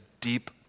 deep